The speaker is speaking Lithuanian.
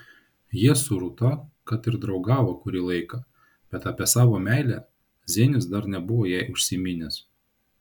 jie su rūta kad ir draugavo kurį laiką bet apie savo meilę zenius dar nebuvo jai užsiminęs